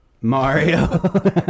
Mario